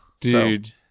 dude